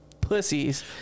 Pussies